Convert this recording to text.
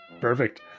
Perfect